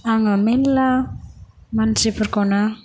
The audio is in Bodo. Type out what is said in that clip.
आङो मेरला मानसिफोरखौनो